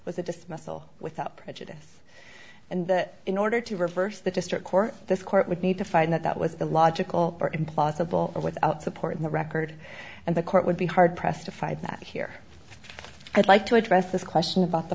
dismissal without prejudice and that in order to reverse the district court this court would need to find that that was the logical or impossible or without support in the record and the court would be hard pressed to find that here i'd like to address this question about the